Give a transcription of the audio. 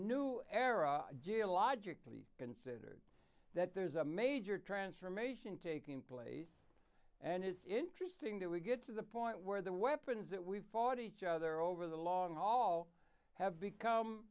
new era geologically that there's a major transformation taking place and it's interesting that we get to the point where the weapons that we've fought each other over the long haul have become